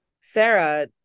Sarah